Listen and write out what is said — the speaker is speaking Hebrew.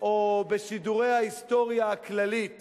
או בשידורי ההיסטוריה הכללית